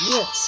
Yes